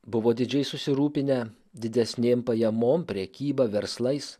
buvo didžiai susirūpinę didesnėm pajamom prekyba verslais